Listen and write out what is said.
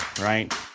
right